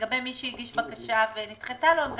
לגבי מי שהגיש בקשה ונדחתה לו,